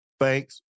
Thanks